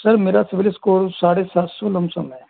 sir मेरा CIBIL score साढ़े सात सौ लमसम है